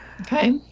Okay